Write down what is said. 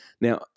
now